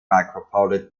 micropolitan